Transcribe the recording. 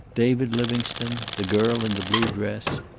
david livingstone, the girl in the blue dress,